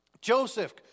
Joseph